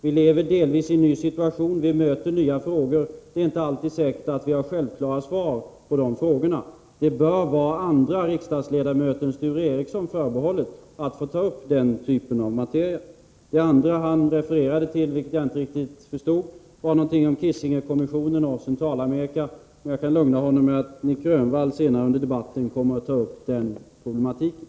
Vi lever i en delvis ny situation, vi möter nya frågor — det är inte säkert att vi alltid har självklara svar på de frågorna. Det bör vara andra riksdagsledamöter än Sture Ericson obetaget att ta upp den typen av materia. Den andra punkt Sture Ericson refererade till — vilket jag inte riktigt förstod — gällde Kissingerkommissionen och Centralamerika. Jag kan lugna Sture Ericson med att Nic Grönvall senare under debatten kommer att ta upp den problematiken.